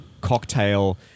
cocktail